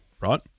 right